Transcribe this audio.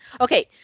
Okay